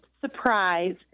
surprise